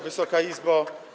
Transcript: Wysoka Izbo!